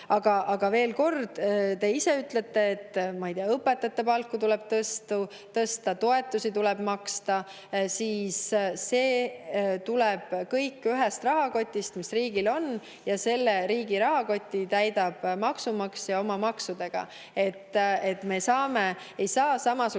Aga veel kord, te ise ütlete, ma ei tea, et õpetajate palku tuleb tõsta, toetusi tuleb maksta. See tuleb kõik ühest rahakotist, mis riigil on, ja selle riigi rahakoti täidab maksumaksja oma maksudega. Me ei saa pakkuda